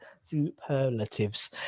superlatives